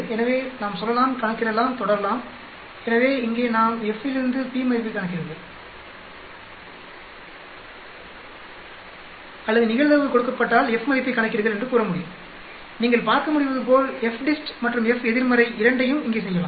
எனவே நாம் சொல்லலாம் கணக்கிடலாம் தொடரலாம் எனவே இங்கே நாம் F இலிருந்து p மதிப்பைக் கணக்கிடுங்கள் அல்லது நிகழ்தகவு கொடுக்கப்பட்டால் F மதிப்பைக் கணக்கிடுங்கள் எனக் கூற முடியும் நீங்கள் பார்க்க முடிவதுபோல் FDIST மற்றும் F எதிர்மறை இரண்டையும் இங்கே செய்யலாம்